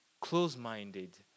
close-minded